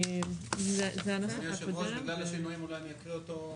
בסדר, אני לא בא לחלוק.